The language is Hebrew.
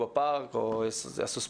בפארק או יעשו ספורט.